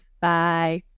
Bye